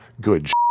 good